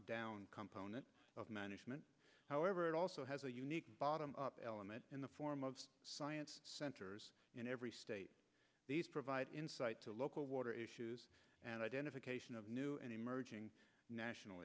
down component of management however it also has a unique bottom up element in the form of science centers in every state provide insight to local water issues and identification of new and emerging national